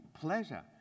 pleasure